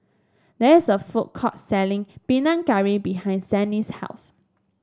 there is a food court selling Panang Curry behind Sannie's house